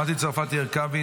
מטי צרפתי הרכבי,